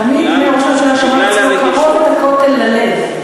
תמיד אומר ראש הממשלה: קרוב הכותל ללב.